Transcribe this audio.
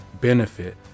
benefit